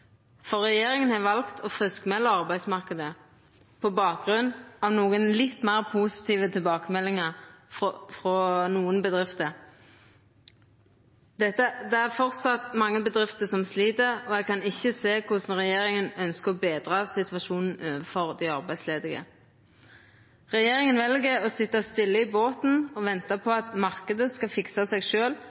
av regjeringa, for regjeringa har valt å friskmelda arbeidsmarknaden på bakgrunn av nokon litt meir positive tilbakemeldingar frå nokon bedrifter. Det er framleis mange bedrifter som slit, og eg kan ikkje sjå korleis regjeringa ønskjer å betra situasjonen for dei arbeidsledige. Regjeringa vel å sitja stille i båten og venta på at marknaden skal fiksa seg